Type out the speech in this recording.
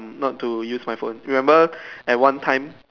not to use my phone remember at one time